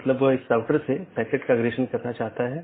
इसलिए हर कोई दुसरे को जानता है या हर कोई दूसरों से जुड़ा हुआ है